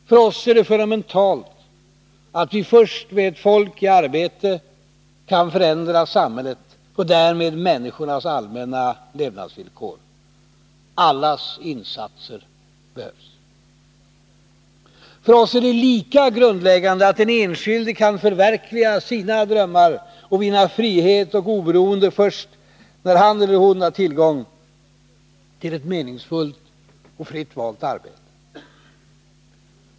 För oss är det fundamentalt att vi först med ett folk i arbete kan förändra samhället och därmed människornas allmänna levnadsvillkor. Allas insatser behövs. För oss är det lika grundläggande att den enskilde kan förverkliga sina drömmar och vinna frihet och oberoende först när han eller hon har tillgång till ett meningsfullt och fritt valt arbete.